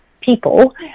people